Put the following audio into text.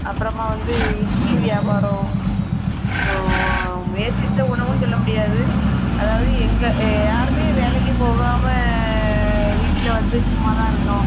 அப்புறமா வந்து இட்லி வியாபாரம் முயற்சித்த உணவுன்னு சொல்ல முடியாது அதாவது எங்கள் யாருமே வேலைக்கு போகாமல் வீட்டில் வந்து சும்மாதான் இருந்தோம்